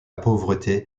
pauvreté